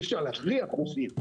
אי אפשר להכריח רופאים.